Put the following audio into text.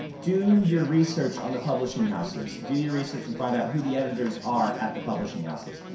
do your research on the publishing houses. do your research and find out who the editors are at the publishing houses.